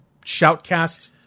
Shoutcast